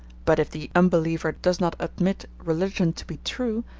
but if the unbeliever does not admit religion to be true,